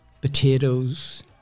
potatoes